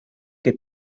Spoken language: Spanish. que